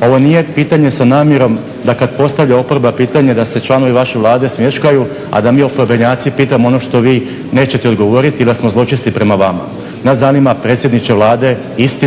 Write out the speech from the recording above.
Ovo nije pitanje sa namjerom da kad postavlja oporba pitanje da se članovi vaše Vlade smješkaju, a da mi oporbenjaci pitamo ono što vi nećete odgovoriti jer da smo zločesti prema vama. Nas zanima predsjedniče Vlade istina